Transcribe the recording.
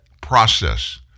process